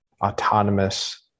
autonomous